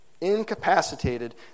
incapacitated